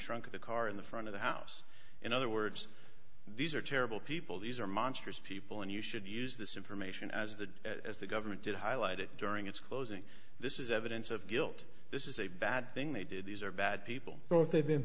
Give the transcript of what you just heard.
trunk of the car in the front of the house in other words these are terrible people these are monsters people and you should use this information as the as the government did highlight it during its closing this is evidence of guilt this is a bad thing they did these are bad people but if they've been